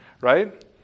right